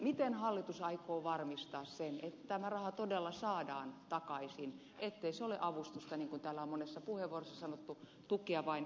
miten hallitus aikoo varmistaa sen että tämä raha todella saadaan takaisin ettei se ole avustusta niin kuin täällä on monessa puheenvuorossa sanottu tukea vain pankeille